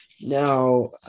now